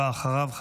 ואחריו,